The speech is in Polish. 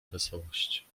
wesołość